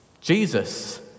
Jesus